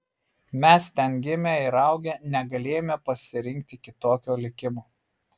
mes ten gimę ir augę negalėjome pasirinkti kitokio likimo